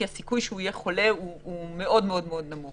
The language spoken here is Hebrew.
כי הסיכוי שהוא יהיה חולה הוא מאוד מאוד נמוך